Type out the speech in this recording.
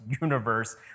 universe